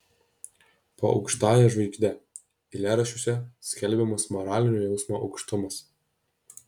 po aukštąja žvaigžde eilėraščiuose skelbiamas moralinio jausmo aukštumas